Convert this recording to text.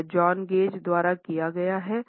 यह John Gage द्वारा किया गया है